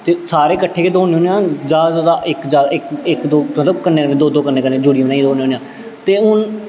ते सारे कट्ठे गै दौड़ने होन्ने आं जैदा तों जैदा इक जां इक इक दो मतलब कन्नै कन्नै दो दो कन्नै कन्नै जोड़ी बनाइयै दौड़ने होन्ने आं ते हून